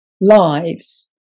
lives